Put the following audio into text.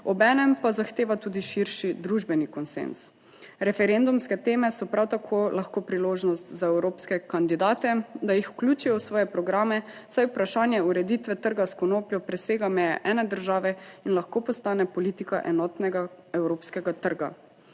Obenem pa zahteva tudi širši družbeni konsenz. Referendumske teme so prav tako lahko priložnost za evropske kandidate, da jih vključijo v svoje programe, saj vprašanje ureditve trga s konopljo presega meje ene države in lahko postane politika enotnega evropskega trga.